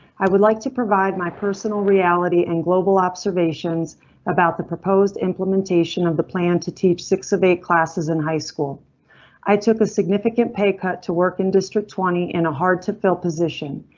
i would like to provide my personal reality and global observations about the proposed implementation of the plan to teach six of eight classes in high school i took a significant pay cut to work in district twenty in a hard to fill position.